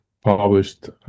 published